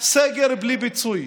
לא,